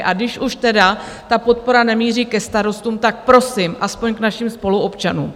A když už tedy ta podpora nemíří ke starostům, tak prosím, aspoň k našim spoluobčanům.